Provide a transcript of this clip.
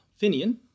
Finian